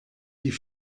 die